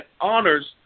honors